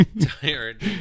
Tired